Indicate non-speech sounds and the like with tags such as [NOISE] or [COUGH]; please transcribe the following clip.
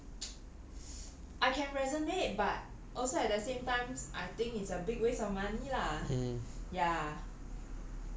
这种感受 right 我 [NOISE] [BREATH] I can resonate but also at the same times I think it's a big waste of money lah